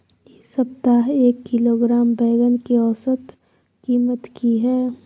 इ सप्ताह एक किलोग्राम बैंगन के औसत कीमत की हय?